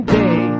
day